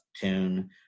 tune